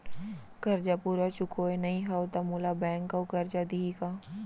करजा पूरा चुकोय नई हव त मोला बैंक अऊ करजा दिही का?